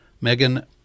Megan